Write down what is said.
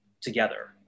together